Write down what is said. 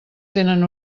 tenen